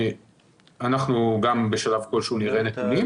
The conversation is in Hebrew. אנחנו גם בשלב כלשהו נראה נתונים,